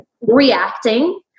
reacting